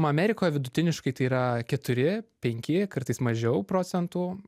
amerikoj vidutiniškai tai yra keturi penki kartais mažiau procentų